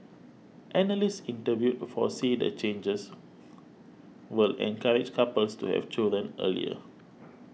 analysts interviewed foresee the changes will encourage couples to have children earlier